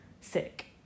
sick